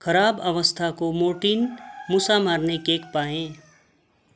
खराब अवस्थाको मोर्टिन मुसा मार्ने केक पाएँ